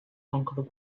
conquer